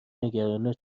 نگرانت